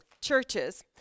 churches